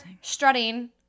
strutting